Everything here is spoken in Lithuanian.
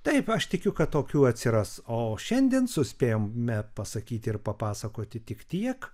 taip aš tikiu kad tokių atsiras o šiandien suspėjome pasakyti ir papasakoti tik tiek